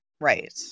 Right